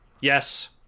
Yes